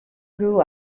grew